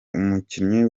umukinnyi